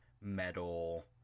metal